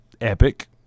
epic